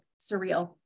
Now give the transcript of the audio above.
surreal